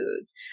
foods